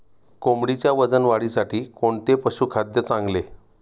कोंबडीच्या वजन वाढीसाठी कोणते पशुखाद्य चांगले?